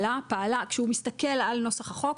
כשהוא מסתכל על נוסח החוק,